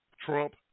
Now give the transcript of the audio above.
Trump